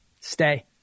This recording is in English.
stay